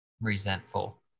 resentful